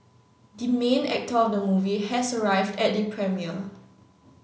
the main actor of the movie has arrived at the premiere